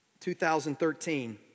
2013